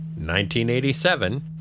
1987